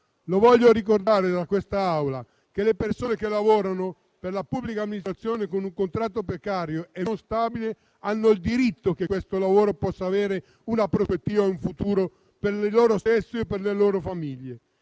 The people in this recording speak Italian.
Vorrei ricordare in quest'Aula che le persone che lavorano per la pubblica amministrazione con un contratto precario e non stabile hanno il diritto di immaginare che questo lavoro possa avere una prospettiva e un futuro per loro stessi e per le loro famiglie.